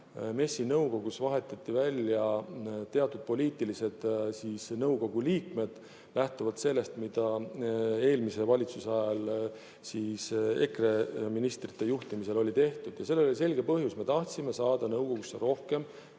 MES‑i nõukogus välja teatud poliitilised nõukogu liikmed lähtuvalt sellest, mida eelmise valitsuse ajal EKRE ministrite juhtimisel oli tehtud. Sellel oli selge põhjus: me tahtsime saada nõukogusse rohkem